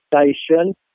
Station